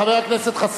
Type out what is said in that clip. חבר הכנסת חסון,